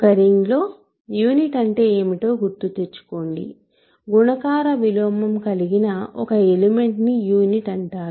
ఒక రింగ్లో యూనిట్ అంటే ఏమిటో గుర్తుతెచ్చుకోండి గుణకార విలోమం కలిగిన ఒక ఎలిమెంట్ని యూనిట్ అంటారు